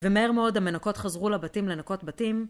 ומהר מאוד המנקות חזרו לבתים לנקות בתים.